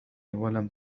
ولم